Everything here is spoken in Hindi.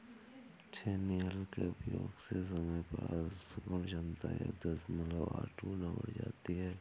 छेनी हल के उपयोग से समय प्रसंस्करण क्षमता एक दशमलव आठ गुना बढ़ जाती है